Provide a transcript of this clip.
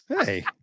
Hey